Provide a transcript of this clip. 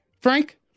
Frank